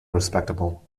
respectable